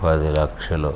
పది లక్షలు